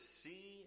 see